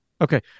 Okay